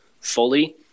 fully